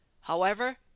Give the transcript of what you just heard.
However